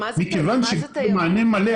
אבל מכיוון שבמענה מלא,